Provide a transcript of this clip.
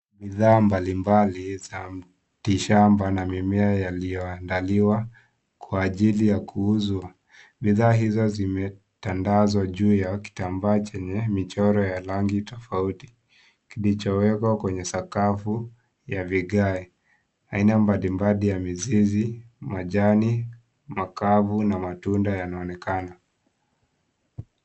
Bidhaa mbalimbali za miti shamba na mimea yaliyooandaliwa kwa ajili ya kuuzwa. Bidhaa hizo zimetandazwa juu ya kitambaa chenye michoro ya rangi tofauti, kilichowekwa kwenye sakafu ya vigae. Aina mbalimbali ya mizizi , majani makavu na matunda yanaonekana.